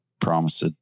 promised